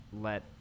let